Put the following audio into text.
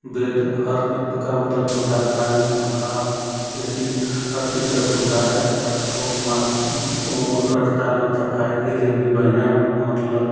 bed हर की प्रकार मतलब सुविधा फेन पंखा ए सी हर किर का सुविधा है और मात वो तो अस्पताल में छफाई के लिए भी बनियाँ मतलब